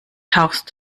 tauchst